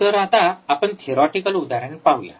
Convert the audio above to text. तर आता आपण थेरिओटिकल उदाहरण पाहूया